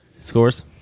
Scores